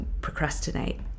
procrastinate